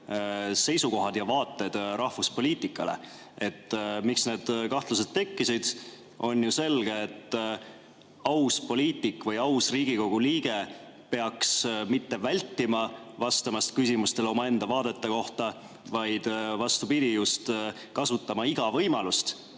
seisukohad ja vaated rahvuspoliitikale. Miks need kahtlused tekkisid? On ju selge, et aus poliitik või aus Riigikogu liige ei peaks vältima vastust küsimustele omaenda vaadete kohta. Vastupidi, peaks just kasutama iga võimalust,